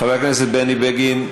חבר הכנסת בני בגין,